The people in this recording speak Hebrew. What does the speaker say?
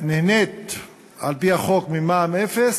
נהנה על-פי החוק ממע"מ אפס,